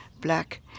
black